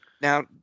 now